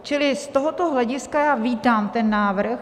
Čili z tohoto hlediska vítám ten návrh.